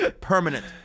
Permanent